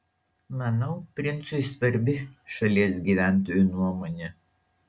manau princui svarbi šalies gyventojų nuomonė